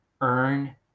Earn